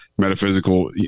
Metaphysical